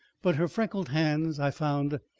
but her freckled hands i found,